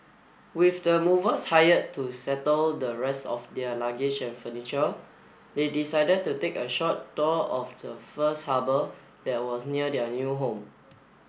with the movers hired to settle the rest of their luggage and furniture they decided to take a short tour of the first harbour that was near their new home